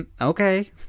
Okay